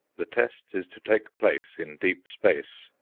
the test is to take place in deep space.